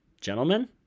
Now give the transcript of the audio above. Gentlemen